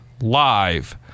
live